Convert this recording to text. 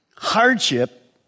Hardship